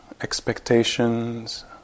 expectations